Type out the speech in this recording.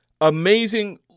Amazing